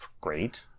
great